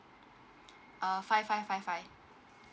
uh five five five five